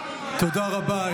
תודה רבה.